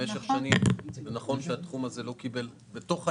התחום הזה לא קיבל התייחסות במשך שנים,